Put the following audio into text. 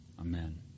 Amen